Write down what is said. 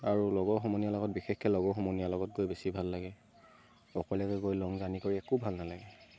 আৰু লগৰ সমনীয়াৰ লগত বিশেষকৈ লগৰ সমনীয়াৰ লগত গৈ বেছি ভাল লাগে অকলশৰীয়াকে গৈ লং জাৰ্ণি কৰি একো ভাল নালাগে